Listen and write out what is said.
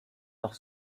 nach